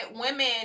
women